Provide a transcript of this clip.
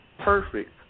perfect